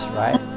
right